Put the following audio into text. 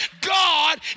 God